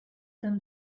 them